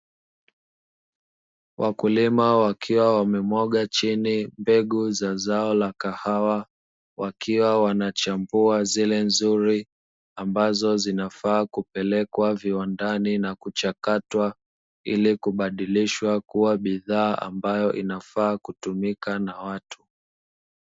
Wakulima wakiwa wamemwaga chini mbegu za zao la kahawa wakiwa wanachambua zile nzuri, ambazo zinafaa kupelekwa viwandani na kuchakatwa ili kubadilishwa kuwa bidhaa ambayo inafaa kutumika na watu.